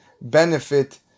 benefit